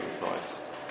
Christ